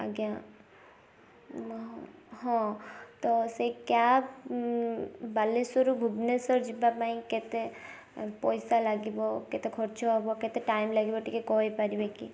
ଆଜ୍ଞା ହଁ ତ ସେ କ୍ୟାବ୍ ବାଲେଶ୍ୱରରୁ ଭୁବନେଶ୍ୱର ଯିବାପାଇଁ କେତେ ପଇସା ଲାଗିବ କେତେ ଖର୍ଚ୍ଚ ହେବ କେତେ ଟାଇମ୍ ଲାଗିବ ଟିକେ କହିପାରିବେ କି